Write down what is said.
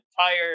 tired